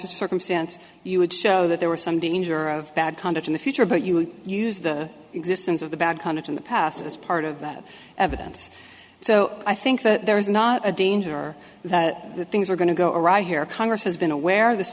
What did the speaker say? a circumstance you would show that there were some danger of bad conduct in the future but you use the existence of the bad conduct in the past as part of that evidence so i think that there is not a danger that things are going to go right here congress has been aware of this